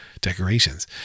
Decorations